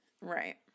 Right